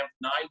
nine